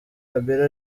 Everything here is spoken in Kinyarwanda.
kabila